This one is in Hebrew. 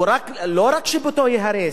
לא רק שביתו ייהרס,